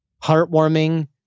heartwarming